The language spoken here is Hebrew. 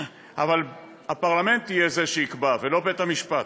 אבל הפרלמנט יהיה זה שיקבע ולא בית המשפט.